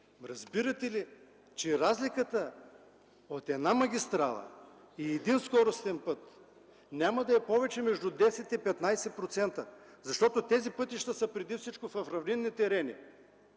Разбирате ли, че разликата от магистрала и скоростен път няма да е повече между 10 и 15%, защото тези пътища са преди всичко в равнинни терени.